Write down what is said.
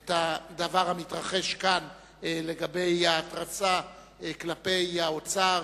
את הדבר המתרחש כאן לגבי ההתרסה כלפי האוצר,